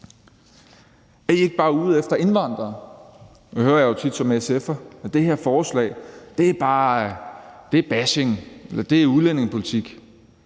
Er I ikke bare ude efter indvandrere? Nu hører jeg jo tit som SF'er, at det her forslag bare er bashing eller det er udlændingepolitik.